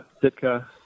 Sitka